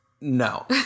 No